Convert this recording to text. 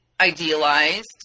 idealized